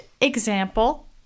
example